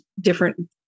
different